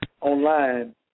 online